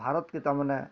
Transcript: ଭାରତକେ ତାମାନେ